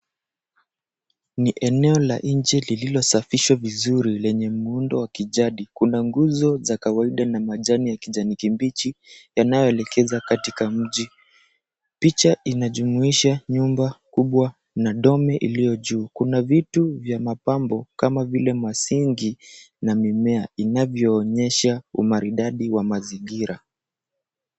Ni eneo la nje lililosafishwa vizuri lenye muundo wa kijadi. Kuna nguzo za kawaida na majani ya kijanikibichi yanayoelekeza katika mji. Picha inajumuisha nyumba kubwa na dome iliyo juu. Kuna vitu vya mapambo kama vile masingi na mimea inavyoonyesha umaridadi wa mazingira.